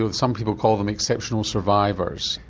ah some people call them exceptional survivors,